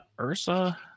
Ursa